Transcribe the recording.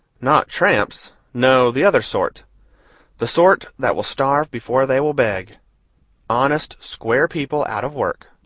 not tramps no, the other sort the sort that will starve before they will beg honest square people out of work.